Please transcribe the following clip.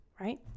right